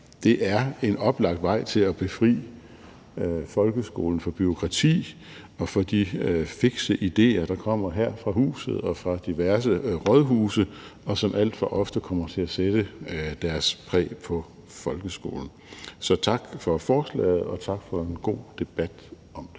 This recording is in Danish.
Det er en oplagt vej til at befri folkeskolen fra bureaukrati og fra de fikse idéer, der kommer her fra huset og fra diverse rådhuse, og som alt for ofte kommer til at sætte sit præg på folkeskolen. Så tak for forslaget, og tak for en god debat om det.